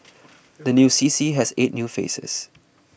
the new C C has eight new faces